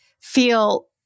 feel